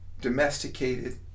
domesticated